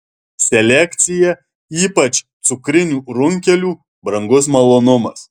selekcija ypač cukrinių runkelių brangus malonumas